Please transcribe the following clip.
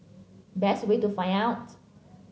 best way to find out